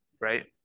right